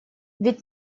ведь